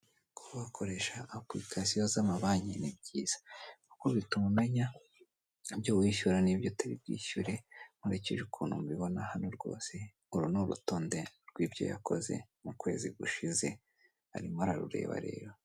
Kubakoresha apulikasiyo z'amabanki ni byiza kuko bituma umenya ibyo wishyura n'ibyo utari bwishyure, nkurikije ukuntu mbibona hano rwose uru ni urutonde rw'ibyo yakoze mu kwezi gushize arimo ararurebareba.